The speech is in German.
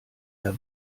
der